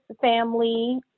family